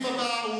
נתקבל.